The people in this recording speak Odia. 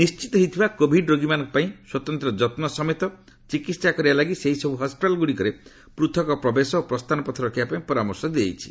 ନିଶ୍ଚିତ ହୋଇଥିବା କୋଭିଡ୍ ରୋଗୀମାନଙ୍କ ପାଇଁ ସ୍ୱତନ୍ତ୍ର ଯନ୍ ସମେତ ଚିକିତ୍ସା କରିବା ଲାଗି ସେହିସବୁ ହସ୍କିଟାଲ୍ ଗୁଡ଼ିକରେ ପୃଥକ ପ୍ରବେଶ ଓ ପ୍ରସ୍ଥାନପଥ ରଖିବା ପାଇଁ ପରାମର୍ଶ ଦିଆଯାଇଛି